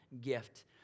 gift